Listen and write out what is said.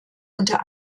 unter